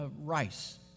rice